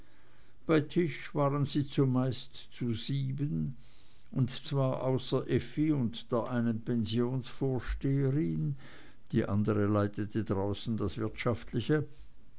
bei tisch waren sie meist zu sieben und zwar außer effi und der einen pensionsvorsteherin die andere leitete draußen das wirtschaftliche